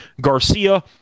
Garcia